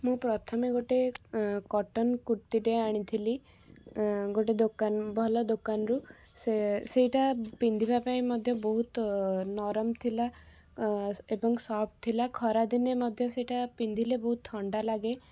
ମୁଁ ପ୍ରଥମେ ଗୋଟେ କଟନ୍ କୁର୍ତ୍ତିଟାଏ ଆଣିଥିଲି ଗୋଟେ ଦୋକାନ ଭଲ ଦୋକାନରୁ ସେ ସେଇଟା ପିନ୍ଧିବା ପାଇଁ ମଧ୍ୟ ବହୁତ ନରମ ଥିଲା ଏବଂ ସଫ୍ଟ ଥିଲା ଖରାଦିନେ ସେଇଟା ମଧ୍ୟ ପିନ୍ଧିଲେ ବହୁତ ଥଣ୍ଡା ଲାଗେ